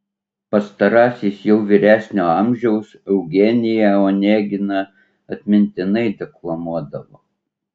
pastarasis jau vyresnio amžiaus eugeniją oneginą atmintinai deklamuodavo